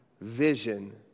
vision